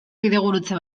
bidegurutze